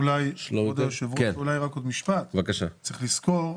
צריך לזכור,